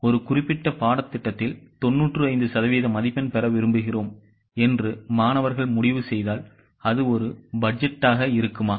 ஒரு குறிப்பிட்ட பாடத்திட்டத்தில் 95 சதவீத மதிப்பெண் பெற விரும்புகிறோம் என்று மாணவர்கள் முடிவு செய்தால் அது ஒரு பட்ஜெட்டாக இருக்குமா